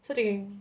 so they